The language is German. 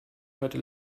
heute